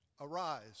Arise